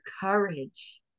courage